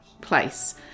place